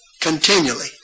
continually